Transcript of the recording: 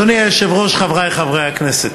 אדוני היושב-ראש, חברי חברי הכנסת,